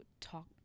talk